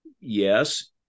yes